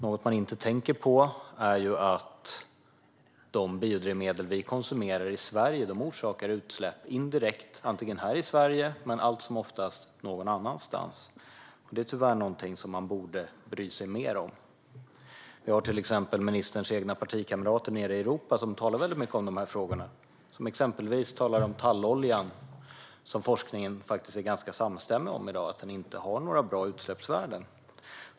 Något som man inte tänker på är att de biodrivmedel som vi konsumerar i Sverige orsakar utsläpp indirekt, här i Sverige men allt som oftast någon annanstans. Detta är något som man borde bry sig mer om. Vi har till exempel ministerns egna partikamrater nere i Europa, som talar mycket om dessa frågor. De talar exempelvis om tallolja, som enligt en ganska samstämmig forskning i dag inte har några bra utsläppsvärden.